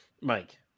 Mike